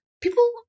people